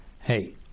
Hey